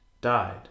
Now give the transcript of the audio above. died